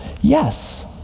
yes